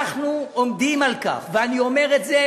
אנחנו עומדים על כך, ואני אומר את זה.